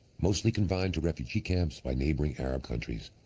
mostly confided to refugee camps by neighboring arab countries.